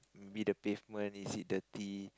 maybe the pavement is it dirty